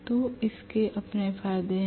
तो इसके अपने फायदे हैं